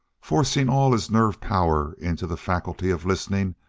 forcing all his nerve power into the faculty of listening,